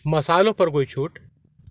मसालों पर कोई छूट